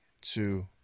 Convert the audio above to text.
two